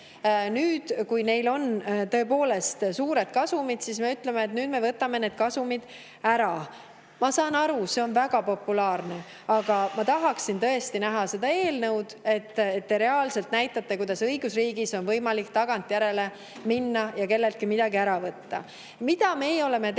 nüüd, kui neil on tõepoolest suured kasumid, ütleme, et me võtame need kasumid ära – ma saan aru, et see oleks väga populaarne. Aga ma tahaksin näha seda eelnõu, kus te reaalselt näitate, kuidas õigusriigis on võimalik tagantjärele minna kelleltki midagi ära võtma. Mida meie oleme teinud?